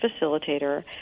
facilitator